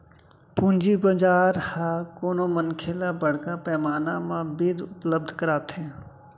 पूंजी बजार ह कोनो मनखे ल बड़का पैमाना म बित्त उपलब्ध कराथे